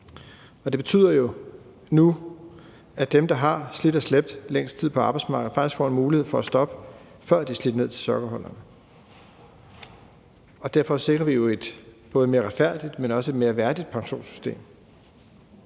Det betyder jo nu, at dem, der i længst tid har slidt og slæbt på arbejdsmarkedet, faktisk får en mulighed for at stoppe, før de er slidt helt ned til sokkeholderne. Dermed sikrer vi både et mere retfærdigt, men også et mere værdigt pensionssystem.